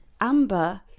Amber